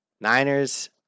Niners